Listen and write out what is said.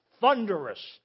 thunderous